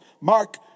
Mark